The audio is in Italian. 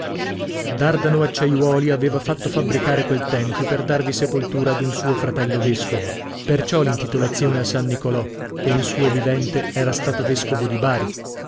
aveva fatto fabbricare quel tempio per darvi sepoltura ad un suo fratello vescovo perciò l'intitolazione a san nicolò che in suo vivente era stato vescovo di bari